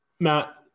Matt